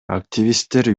активисттер